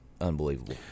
unbelievable